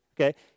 okay